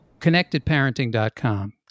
connectedparenting.com